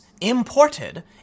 imported